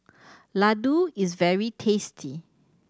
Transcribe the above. Ladoo is very tasty